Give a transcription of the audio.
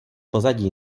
pozadí